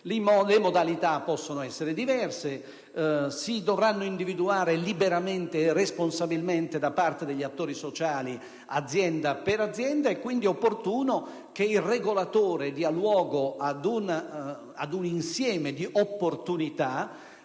Le modalità possono essere diverse, si dovranno individuare liberamente e responsabilmente da parte degli attori sociali, azienda per azienda, e quindi è opportuno che il regolatore dia luogo ad un insieme di opportunità,